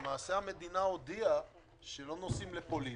והמדינה הודיעה שלא נוסעים לפולין,